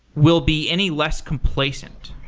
will be any less complacent?